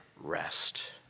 rest